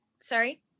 sorry